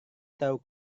tahu